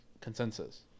consensus